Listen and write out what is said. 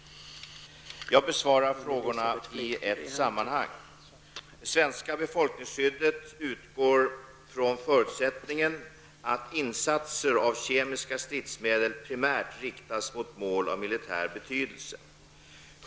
Jag besvarar frågorna i ett sammanhang. Det svenska befolkningsskyddett utgår från förutsättningen att insatser av kemiska stridsmedel primärt riktas mot mål av militär betydelse.